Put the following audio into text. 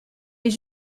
est